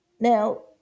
Now